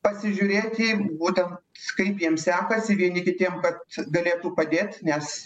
pasižiūrėti būten kaip jiems sekasi vieni kitiem kad galėtų padėt nes